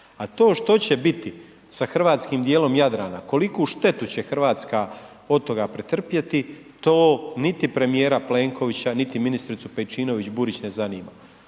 A to što će biti sa hrvatskim dijelom Jadrana, koliku štetu će Hrvatska od toga pretrpjeti to niti premijera Plenkovića, niti ministricu Pejčinović Burić ne zanima.